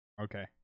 Okay